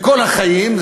לכל החיים.